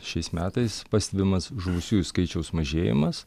šiais metais pastebimas žuvusiųjų skaičiaus mažėjimas